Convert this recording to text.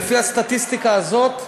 ולפי הסטטיסטיקה הזאת,